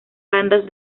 bandas